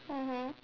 mmhmm